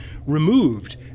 ...removed